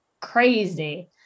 crazy